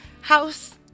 house